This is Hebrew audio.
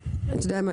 אתה יודע מה?